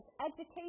education